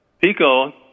Pico